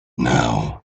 now